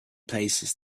places